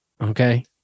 Okay